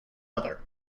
other